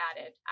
added